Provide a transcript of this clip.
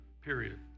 Period